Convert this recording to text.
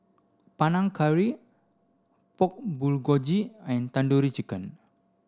Panang Curry Pork Bulgogi and Tandoori Chicken